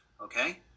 okay